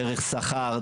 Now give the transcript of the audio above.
דרך שכר,